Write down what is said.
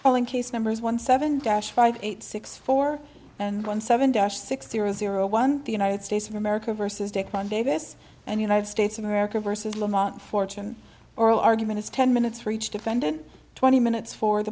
well in case numbers one seven dash five eight six four and one seven dash six zero zero one the united states of america versus decline davis and united states of america versus lamont fortune oral argument is ten minutes for each defendant twenty minutes for the